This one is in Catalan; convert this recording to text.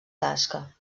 tasca